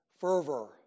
fervor